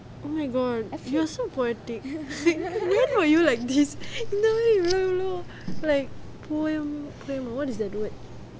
oh my god you are so poetic why are you like this know it like poem claim what is that do it